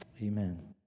Amen